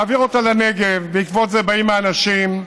בעקבות זה באים האנשים,